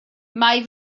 mae